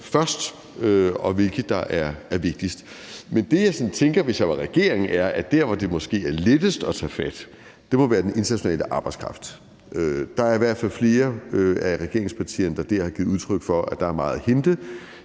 først, og hvilke der er vigtigst. Men det, jeg sådan ville tænke, hvis jeg var regering, er, at dér, hvor det måske er lettest at tage fat, må være i forhold til den internationale arbejdskraft. Der er i hvert fald flere af regeringspartierne, der har givet udtryk for, at der er meget at hente